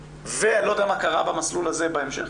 ואני לא יודע מה קרה במסלול הזה בהמשך,